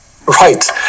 Right